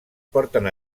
porten